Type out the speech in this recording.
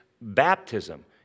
baptism